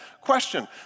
question